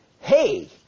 hey